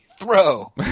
Throw